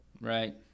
Right